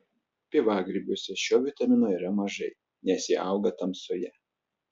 pievagrybiuose šio vitamino yra mažai nes jie auga tamsoje